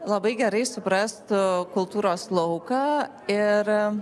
labai gerai suprastų kultūros lauką ir